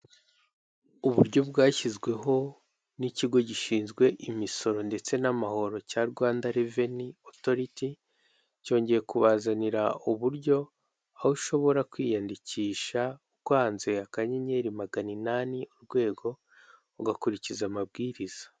Uburyo bwashyizweho n'ikigo gishinzwe imisoro ndetse n'amahoro cya Rwanda reveni otoriti, cyongeye kubazanira uburyo aho ushobora kwiyandikisha ukanze akanyenyeri magana inani urwego ugakurikiza amabwiriza.